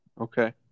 Okay